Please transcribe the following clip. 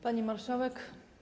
Pani Marszałek!